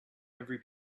every